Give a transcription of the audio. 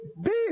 beep